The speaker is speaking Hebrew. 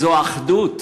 איזו אחדות,